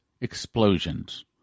explosions